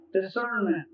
discernment